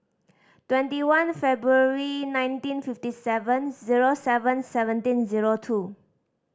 twenty one February nineteen fifty seven zero seven seventeen zero two